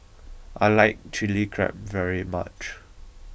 I like Chili Crab very much